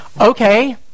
Okay